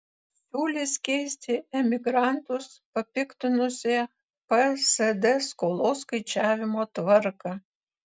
siūlys keisti emigrantus papiktinusią psd skolos skaičiavimo tvarką